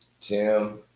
Tim